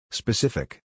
Specific